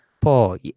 Paul